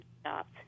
stopped